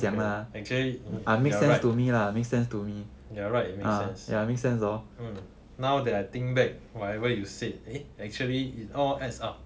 mm hmm actually you're right you're right it makes sense mm now that I think back whatever you said it actually it all adds up